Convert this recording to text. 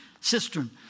cistern